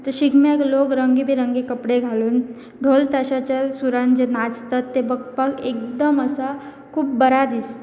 शिगम्याक लोक रंगी बिरंगी कपडे घालून ढोल तशाच्या सुरान जे नाचतात ते बगपाक एकदम असा खूब बरं दिसत